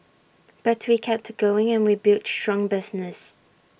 but we kept going and we built strong business